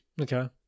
Okay